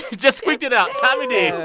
just squeak it out tommy d.